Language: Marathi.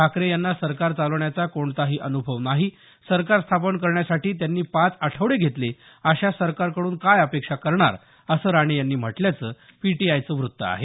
ठाकरे यांना सरकार चालवण्याचा कोणताही अन्भव नाही सरकार स्थापन करण्यासाठी त्यांनी पाच आठवडे घेतले अशा सरकारकडून काय अपेक्षा करणार असं राणे यांनी म्हटल्याचं पीटीआयचं वृत्त आहे